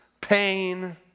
pain